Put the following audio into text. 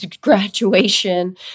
graduation